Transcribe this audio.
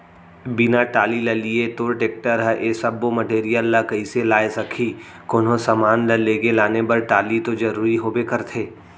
बिना टाली ल लिये तोर टेक्टर ह ए सब्बो मटेरियल ल कइसे लाय सकही, कोनो समान ल लेगे लाने बर टाली तो जरुरी होबे करथे